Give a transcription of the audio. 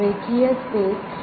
રેખીય સ્પેસ છે